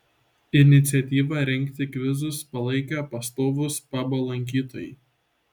iniciatyvą rengti kvizus palaikė pastovūs pabo lankytojai